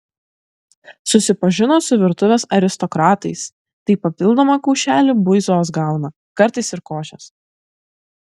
susipažino su virtuvės aristokratais tai papildomą kaušelį buizos gauna kartais ir košės